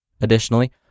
Additionally